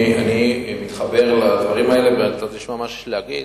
אני מתחבר לדברים האלה ואתה תשמע מה יש לי להגיד,